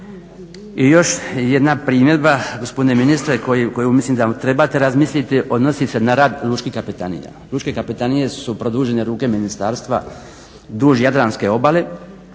I još jedna primjedba gospodine ministre koju mislim da trebate razmisliti odnosi se na rad lučkih kapetanija. Lučke kapetanije su produžene ruke ministarstva duž jadranske obale,